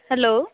hello